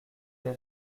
les